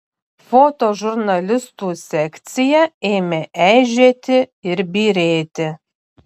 fotožurnalistų sekcija ėmė eižėti ir byrėti